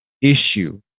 issue